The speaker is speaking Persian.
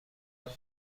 موفق